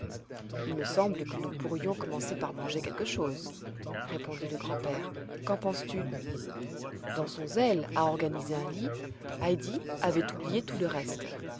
il me semble que nous pourrions commence par manger quelque chose répondit le grand-père qu'en penses-tu dans son zèle à organiser un lit heidi avait oublié tout le reste